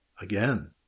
again